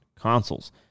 consoles